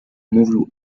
mówił